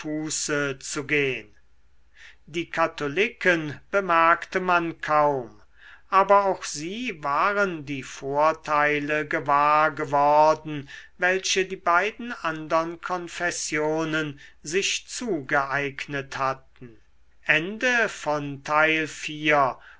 zu gehen die katholiken bemerkte man kaum aber auch sie waren die vorteile gewahr geworden welche die beiden andern konfessionen sich zugeeignet hatten